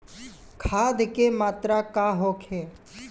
खाध के मात्रा का होखे?